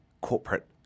corporate